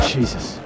Jesus